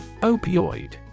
Opioid